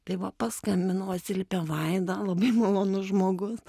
tai va paskambinau atsiliepė vaida labai malonus žmogus